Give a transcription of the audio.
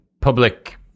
public